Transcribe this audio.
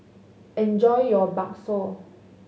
enjoy your bakso